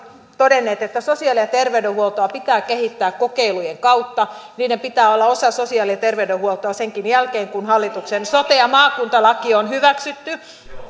todenneet että sosiaali ja terveydenhuoltoa pitää kehittää kokeilujen kautta niiden pitää olla osa sosiaali ja terveydenhuoltoa senkin jälkeen kun hallituksen sote ja maakuntalaki on hyväksytty